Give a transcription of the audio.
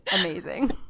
amazing